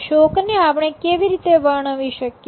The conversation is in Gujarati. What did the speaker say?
શોક ને આપણે કેવી રીતે વર્ણવી શકીએ